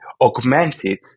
augmented